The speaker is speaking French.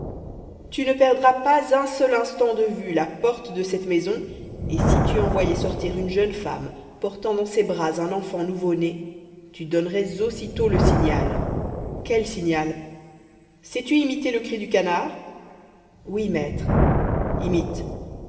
tu ne perdras pas un seul instant de vue la porte de cette maison et si tu en voyais sortir une jeune femme portant dans ses bras un enfant nouveau-né tu donnerais aussitôt le signal quel signal sais-tu imiter le cri du canard oui maître imite